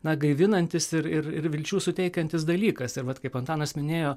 na gaivinantis ir ir ir vilčių suteikiantis dalykas ir vat kaip antanas minėjo